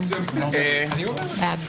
מי נגד?